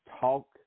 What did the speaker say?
talk